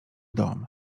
dom